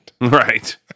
Right